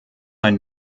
ein